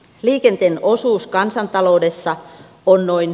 liikenteen osuus kansantaloudessa on noin